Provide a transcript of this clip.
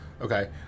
Okay